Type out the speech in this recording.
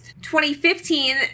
2015